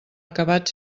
acabat